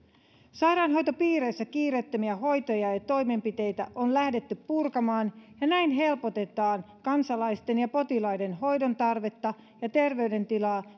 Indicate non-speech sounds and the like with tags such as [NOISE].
sairaanhoitopiireissä kiireettömiä hoitoja ja toimenpiteitä on lähdetty purkamaan ja näin helpotetaan kansalaisten ja potilaiden hoidontarvetta ja terveydentilaa [UNINTELLIGIBLE]